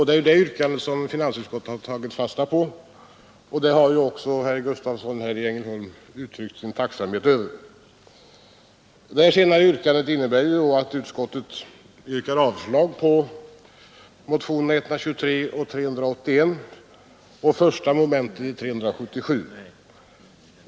Det är ju det yrkandet som finansutskottet har tagit fasta på, och det har också herr Gustavsson i Ängelholm uttryckt sin tacksamhet över. Detta senare yrkande innebär att utskottet yrkar avslag på motionerna 123 och 381 och första momentet i motionen 377.